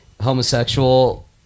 homosexual